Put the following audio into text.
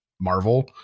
Marvel